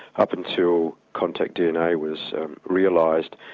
up until contact dna was realised,